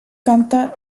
canta